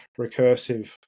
recursive